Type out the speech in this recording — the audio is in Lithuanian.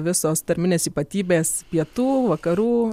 visos tarminės ypatybės pietų vakarų